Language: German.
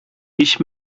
ich